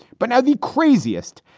but now the craziest,